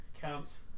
Counts